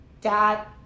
dad